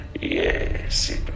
Yes